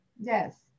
Yes